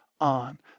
on